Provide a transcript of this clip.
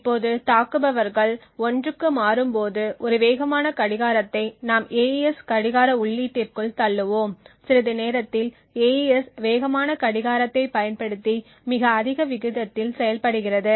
இப்போது தாக்குபவர்கள் 1 க்கு மாறும்போது ஒரு வேகமான கடிகாரத்தை நாம் AES கடிகார உள்ளீட்டிற்குள் தள்ளுவோம் சிறிது நேரத்தில் AES வேகமான கடிகாரத்தைப் பயன்படுத்தி மிக அதிக விகிதத்தில் செயல்படுகிறது